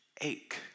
ache